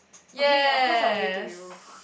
okay of course I will give it to you